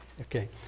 Okay